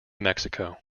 mexico